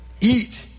Eat